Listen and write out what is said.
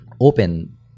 open